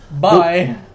Bye